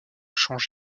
change